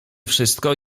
wszystko